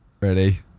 ready